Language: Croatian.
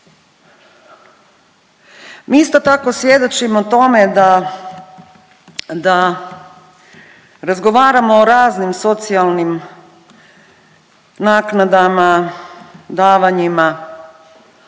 Mi isto tako svjedočimo tome da razgovaramo o raznim socijalnim naknadama, davanjima,